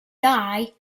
dai